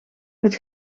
het